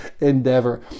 endeavor